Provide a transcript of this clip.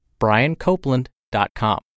briancopeland.com